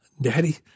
Daddy